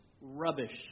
rubbish